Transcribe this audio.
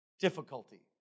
difficulty